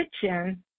kitchen